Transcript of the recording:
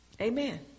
Amen